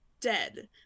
dead